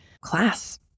class